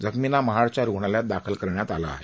जखमींना महाडच्या रूग्णालयात दाखल करण्यात आलं आहे